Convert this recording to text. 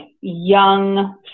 young